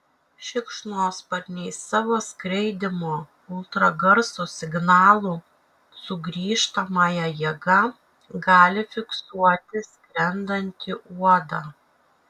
šikšnosparniai savo skraidymo ultragarso signalų sugrįžtamąja jėga gali fiksuoti skrendantį uodą